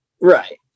right